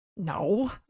No